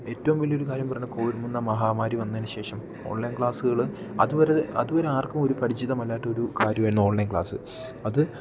ഏറ്റവും വലിയ ഒരു കാര്യം പറഞ്ഞാൽ കോവിഡ് എന്ന മഹാമാരി വന്നതിന് ശേഷം ഓൺലൈൻ ക്ലാസുകൾ അതുവരെ അതുവരെ ആർക്കും ഒരു പരിചിതമല്ലാത്ത ഒരു കാര്യമായിരുന്നു ഓൺലൈൻ ക്ലാസ് അത്